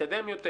מתקדם יותר,